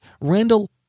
Randall